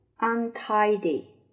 untidy